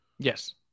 Yes